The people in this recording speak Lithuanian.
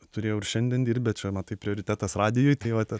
turėjau ir šiandien dirbt bet čia matai prioritetas radijui tai vat